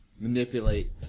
manipulate